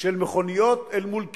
של מכוניות אל מול קיר.